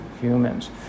humans